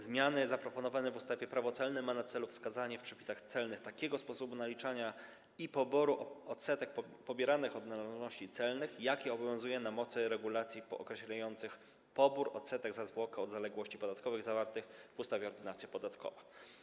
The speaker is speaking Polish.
Zmiany zaproponowane w ustawie Prawo celne mają na celu wskazanie w przepisach celnych takiego sposobu naliczania i poboru odsetek pobieranych od należności celnych, jaki obowiązuje na mocy regulacji określających pobór odsetek za zwłokę od zaległości podatkowych zawartych w ustawie Ordynacja podatkowa.